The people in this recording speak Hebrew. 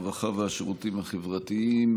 הרווחה והשירותים החברתיים,